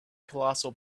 colossal